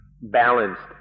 balanced